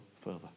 further